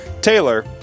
Taylor